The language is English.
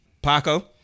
Paco